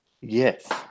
Yes